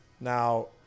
Now